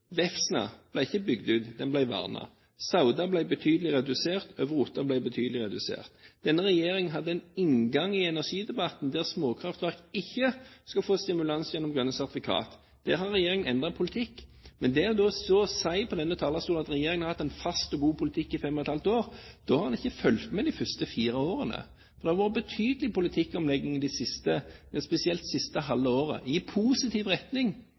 ikke ble bygd ut, den ble vernet. Sauda ble betydelig redusert, og også Otta ble betydelig redusert. Denne regjeringen hadde en inngang i energidebatten der småkraftverk ikke skulle få stimulans gjennom grønne sertifikater. Der har regjeringen endret politikk. Men det å stå på denne talerstolen og si at regjeringen har hatt en fast og god politikk i fem og et halvt år – da har man ikke fulgt med de siste fire årene. Det har vært en betydelig politikkomlegging – spesielt i det siste halve året – i positiv retning.